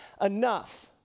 enough